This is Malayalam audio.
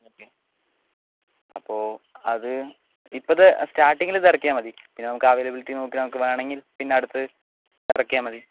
ഓക്കേ അപ്പോൾ അത് ഇപ്പോൾ ഇത് സ്റ്റാർട്ടിങ്ങിൽ ഇത് ഇറക്കിയാൽ മതി പിന്നെ നമുക്ക് അവൈലബിലിറ്റി നോക്കി നമുക്ക് വേണമെങ്കിൽ പിന്നെ അടുത്തത് ഇറക്കിയാൽ മതി